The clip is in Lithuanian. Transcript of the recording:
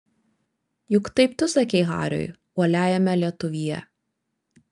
juk taip tu sakei hariui uoliajame lietuvyje